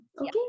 Okay